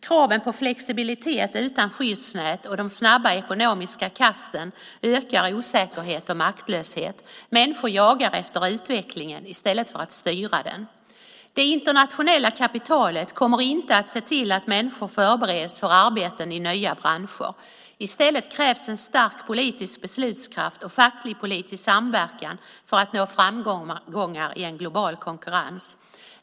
Kraven på flexibilitet utan skyddsnät och de snabba ekonomiska kasten ökar osäkerhet och maktlöshet. Människor jagar efter utvecklingen i stället för att styra den. Det internationella kapitalet kommer inte att se till att människor förbereds för arbeten i nya branscher. I stället krävs en stark politisk beslutskraft och facklig-politisk samverkan för att nå framgångar i en global konkurrens.